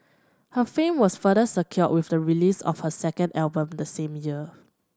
her fame was further secured with the release of her second album the same year